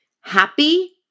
happy